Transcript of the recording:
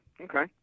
Okay